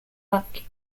upkeep